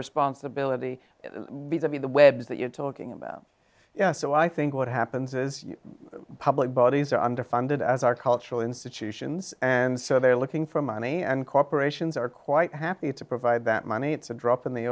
responsibility be the be the web's that you're talking about so i think what happens is public bodies are underfunded as are cultural institutions and so they're looking for money and corporations are quite happy to provide that money it's a drop in the